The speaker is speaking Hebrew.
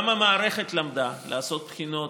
גם המערכת למדה לעשות בחינות